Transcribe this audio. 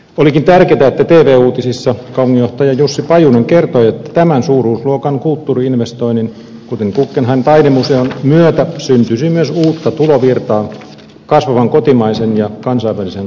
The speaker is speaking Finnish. olikin tärkeätä että tv uutisissa kaupunginjohtaja jussi pajunen kertoi että tämän suuruusluokan kulttuuri investoinnin kuten guggenheim taidemuseon myötä syntyisi myös uutta tulovirtaa kasvavan kotimaisen ja kansainvälisen kulttuurimatkailun myötä